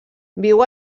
viu